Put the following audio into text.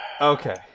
Okay